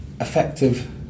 effective